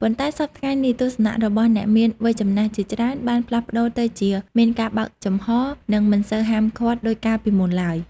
ប៉ុន្តែសព្វថ្ងៃនេះ ទស្សនៈរបស់អ្នកមានវ័យចំណាស់ជាច្រើនបានផ្លាស់ប្ដូរទៅជា មានការបើកចំហ និងមិនសូវហាមឃាត់ ដូចកាលពីមុនឡើយ។